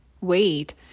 wait